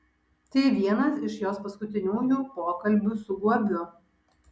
tai vienas iš jos paskutiniųjų pokalbių su guobiu